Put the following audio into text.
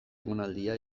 egonaldia